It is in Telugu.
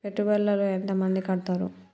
పెట్టుబడుల లో ఎంత మంది కడుతరు?